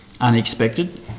unexpected